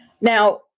Now